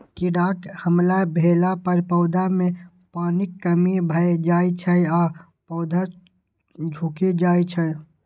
कीड़ाक हमला भेला पर पौधा मे पानिक कमी भए जाइ छै आ पौधा झुकि जाइ छै